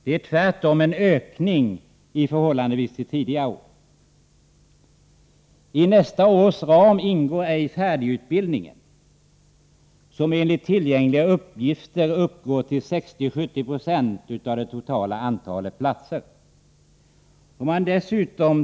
Det är tvärtom en ökning i förhållande till tidigare år. I nästa års ram ingår ej färdigutbildningen, som enligt tillgängliga uppgifter uppgår till 60-70 96 av det totala antalet platser.